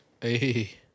Hey